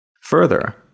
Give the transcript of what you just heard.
Further